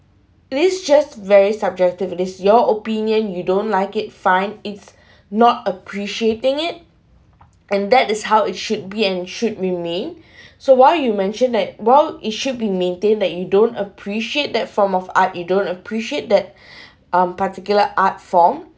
it's just very subjective this your opinion you don't like it fine it's not appreciating it and that is how it should be and should remained so while you mentioned that while it should be maintained that you don't appreciate that form of art you don't appreciate that um particular art form